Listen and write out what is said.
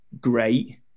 great